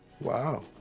wow